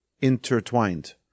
intertwined